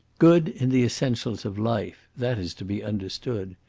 good in the essentials of life, that is to be understood.